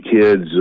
kids